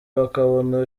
bakabona